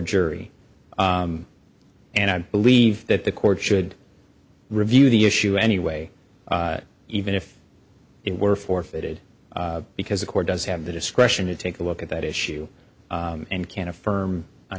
jury and i believe that the court should review the issue anyway even if it were forfeited because the court does have the discretion to take a look at that issue and can affirm on